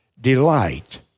delight